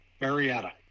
Marietta